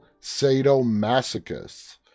sadomasochists